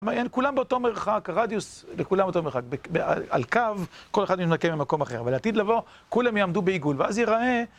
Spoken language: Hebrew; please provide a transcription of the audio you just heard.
הם כולם באותו מרחק, הרדיוס לכולם אותו מרחק. על קו, כל אחד מהם נמקם במקום אחר. אבל לעתיד לבוא, כולם יעמדו בעיגול, ואז ייראה...